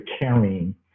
carrying